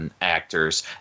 actors